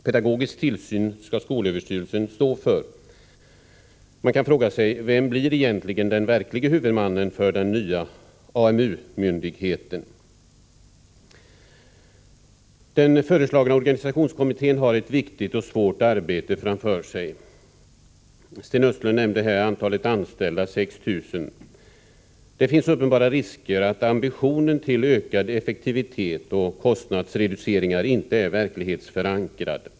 Peda gogisk tillsyn skall skolöverstyrelsen stå för. Man kan fråga sig: Vem blir - Nr 55 egentligen den verklige huvudmannen för den nya AMU-myndigheten? Måndagen den Den föreslagna organisationskommittén har ett viktigt och svårt arbete 17 december 1984 framför sig. Sten Östlund nämnde att det rörde sig om 6 000 anställda. Det finns uppenbara risker att ambitionen till ökad effektivitet och kostnadsredu Ny organisation för ceringar inte är verklighetsförankrad.